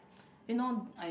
you know